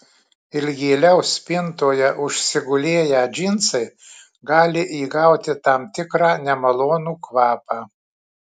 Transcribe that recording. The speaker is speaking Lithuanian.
ilgėliau spintoje užsigulėję džinsai gali įgauti tam tikrą nemalonų kvapą